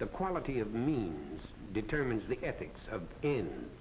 the quality of means determines the ethics